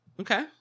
Okay